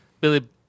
Billy